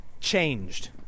changed